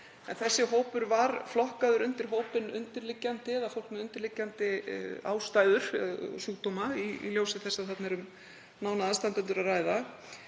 Þessi hópur var flokkaður undir hópinn undirliggjandi eða fólk með undirliggjandi ástæður sjúkdóma í ljósi þess að þarna er um nána aðstandendur að ræða.